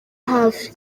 hafi